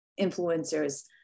influencers